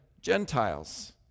Gentiles